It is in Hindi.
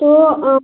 तो आप